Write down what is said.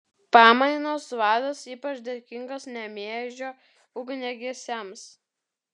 pamainos vadas ypač dėkingas nemėžio ugniagesiams